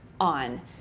on